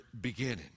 beginning